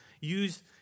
use